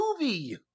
movie